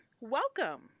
Welcome